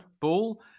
Ball